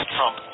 Trump